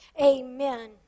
amen